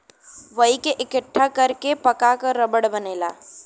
वही के इकट्ठा कर के पका क रबड़ बनेला